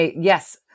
yes